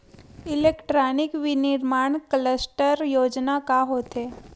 Electronic विनीर्माण cluster योजना का होथे?